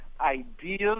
ideas